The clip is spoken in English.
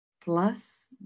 Plus